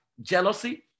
jealousy